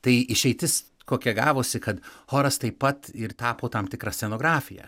tai išeitis kokia gavosi kad choras taip pat ir tapo tam tikra scenografija